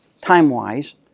time-wise